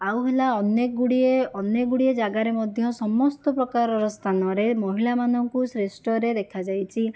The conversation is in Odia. ଆଉ ହେଲା ଅନେକ ଗୁଡ଼ିଏ ଅନେକ ଗୁଡ଼ିଏ ଜାଗାରେ ମଧ୍ୟ ସମସ୍ତ ପ୍ରକାରର ସ୍ଥାନରେ ମହିଳାମାନଙ୍କୁ ଶ୍ରେଷ୍ଠରେ ଦେଖାଯାଇଛି